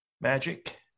Magic